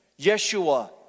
Yeshua